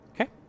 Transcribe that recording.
Okay